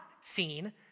seen